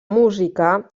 música